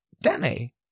danny